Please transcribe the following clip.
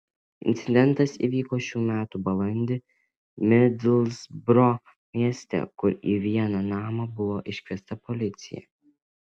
incidentas įvyko šių metų balandį midlsbro mieste kur į vieną namą buvo iškviesta policija